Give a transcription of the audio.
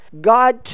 God